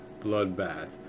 bloodbath